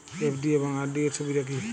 FD এবং RD এর সুবিধা কী?